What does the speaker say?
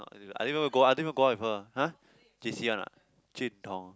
not I didn't even go I didn't even go out with her !huh! J_C one ah Jun-Tong